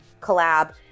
collab